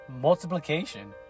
multiplication